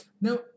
Now